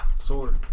Sword